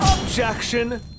Objection